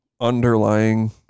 underlying